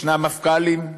ישנם מפכ"לים,